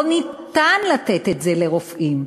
לא ניתן לתת את זה לרופאים.